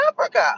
Africa